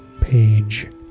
page